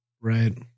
Right